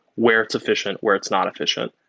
where it's efficient, where it's not efficient.